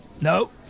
No